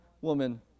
woman